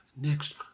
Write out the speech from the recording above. Next